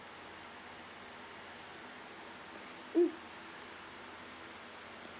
mm